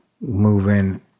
moving